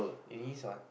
it is what